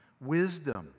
Wisdom